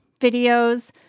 videos